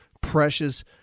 precious